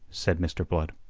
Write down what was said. said mr. blood.